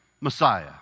Messiah